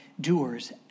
doers